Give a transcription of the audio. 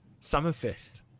Summerfest